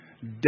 death